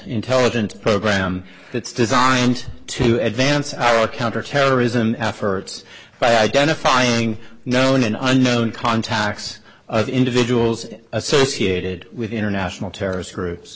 intelligent program that's designed to advance our counterterrorism efforts by identifying known and unknown contacts of individuals associated with international terrorist groups